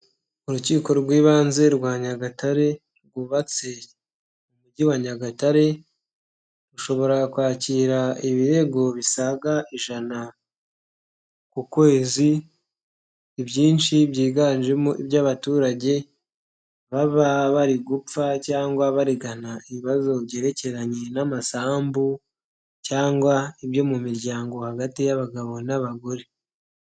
Urukiko rw'ibanze rwa Nyagatare, rwubatse umujyi wa Nyagatare, rushobora kwakira ibirego bisaga ijana ku kwezi, ibyinshi byiganjemo iby'abaturage baba bari gupfa cyangwa baregana ibibazo byerekeranye n'amasambu cyangwa ibyo mu miryango hagati y'abagabo n'abagore.